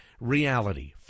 reality